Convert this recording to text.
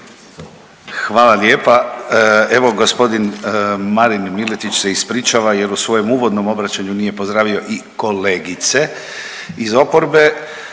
Hvala lijepa. Evo gospodin Marin Miletić se ispričava jer u svojem uvodnom obraćanju nije pozdravio i kolegice iz oporbe,